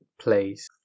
place